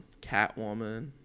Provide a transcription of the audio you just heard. Catwoman